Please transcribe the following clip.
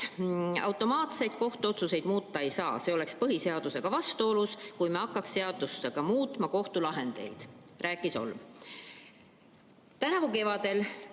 automaatselt kohtuotsuseid muuta ei saa. "See oleks põhiseadusega vastuolus, kui me hakkaks seadusega muutma kohtulahendeid," rääkis Holm.